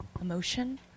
emotion